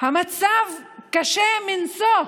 המצב קשה מנשוא.